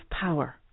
power